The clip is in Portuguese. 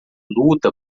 luta